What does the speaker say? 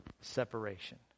separation